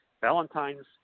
Valentine's